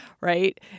right